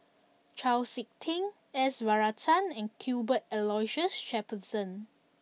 Chau Sik Ting S Varathan and Cuthbert Aloysius Shepherdson